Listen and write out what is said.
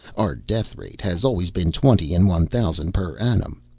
our death-rate has always been twenty in one thousand per annum.